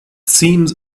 seems